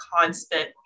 constant